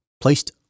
placed